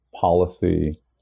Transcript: policy